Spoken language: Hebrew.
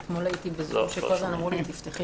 הכול על חשבון זמנם הפרטי,